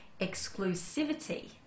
Exclusivity